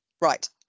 Right